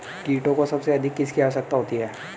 कीटों को सबसे अधिक किसकी आवश्यकता होती है?